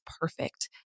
perfect